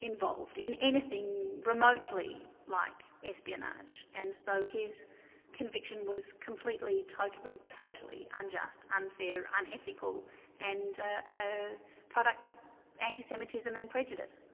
involved in anything remotely like espionage, and so his conviction was completely, totally, totally unjust, unfair, unethical and a product of anti-semitism and prejudice.